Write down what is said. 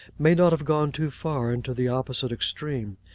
may not have gone too far into the opposite extreme